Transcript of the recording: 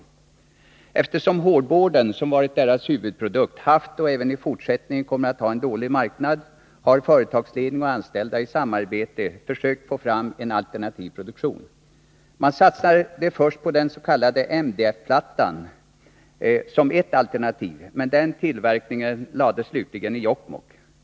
23 november 1982 Eftersom hårdboarden, som har varit deras huvudprodukt, har haft och även i fortsättningen kommer att ha en dålig marknad, har företagsledning vid Scharins Söner Man satsade först på den s.k. MDF-plattan som ett alternativ, men den AB i Skellefteå tillverkningen lades slutligen i Jokkmokk.